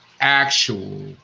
actual